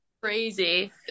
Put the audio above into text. crazy